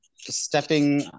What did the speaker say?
stepping